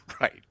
Right